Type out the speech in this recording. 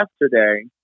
Yesterday